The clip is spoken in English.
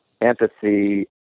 empathy